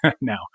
now